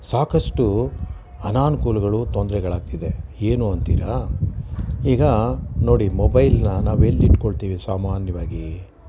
ಸಾಕಷ್ಟು ಅನನುಕೂಲಗಳು ತೊಂದರೆಗಳಾಗ್ತಿದೆ ಏನು ಅಂತೀರಾ ಈಗ ನೋಡಿ ಮೊಬೈಲನ್ನ ನಾವೆಲ್ಲಿಟ್ಕೊಳ್ತೀವಿ ಸಾಮಾನ್ಯವಾಗಿ